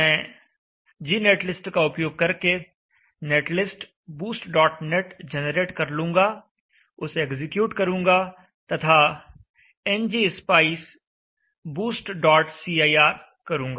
मैं gnetlist का उपयोग करके नेटलिस्ट boostnet जनरेट कर लूंगा उसे एग्जीक्यूट करूंगा तथा ngspice boostcir करूंगा